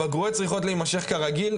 הבגרויות צריכות להימשך כרגיל,